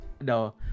no